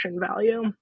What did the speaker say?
value